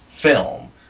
film